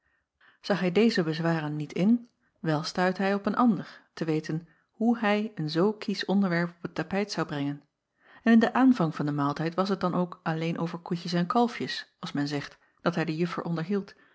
ag hij deze bezwaren niet in wel stuitte acob van ennep laasje evenster delen hij op een ander t w hoe hij een zoo kiesch onderwerp op het tapijt zou brengen en in den aanvang van den maaltijd was het dan ook alleen over koetjes en kalfjes als men zegt dat hij de juffer onderhield